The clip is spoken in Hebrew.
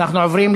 והבריאות נתקבלה.